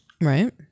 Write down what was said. Right